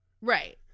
right